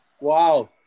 wow